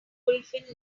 fulfilled